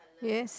yes